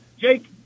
Jake